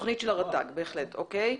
תוכנית של הרט"ג, אוקיי.